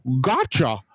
Gotcha